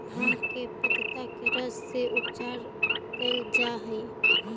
भाँग के पतत्ता के रस से उपचार कैल जा हइ